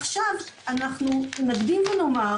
עכשיו אנחנו נקדים ונאמר,